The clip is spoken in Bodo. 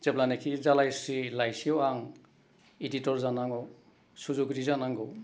जेब्लानाखि जालाइस्रि लाइसियाव आं इदिटर जानाङो सुजुगिरि जानांगौ